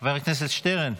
חבר הכנסת שטרן.